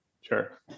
Sure